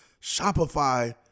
Shopify